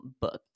booked